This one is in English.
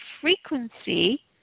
frequency